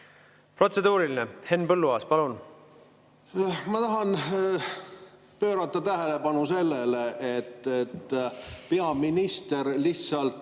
Protseduuriline, Henn Põlluaas, palun! Jah, ma tahan pöörata tähelepanu sellele, et peaminister lihtsalt